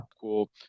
cool